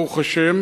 ברוך השם,